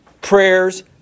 prayers